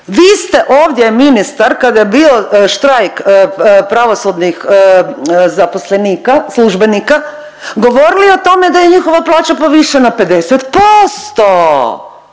Vi ste ovdje ministar kada je bio štrajk pravosudnih zaposlenika službenika govorili o tome da je njihova plaća povišena 50%.